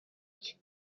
cye